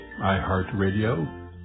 iHeartRadio